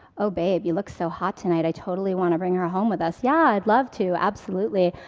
oh babe, you look so hot tonight. i totally want to bring her home with us. yeah, i'd love to, absolutely,